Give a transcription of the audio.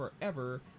forever